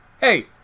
Hey